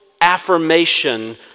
affirmation